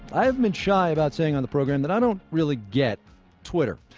i haven't been shy about saying on the program that i don't really get twitter.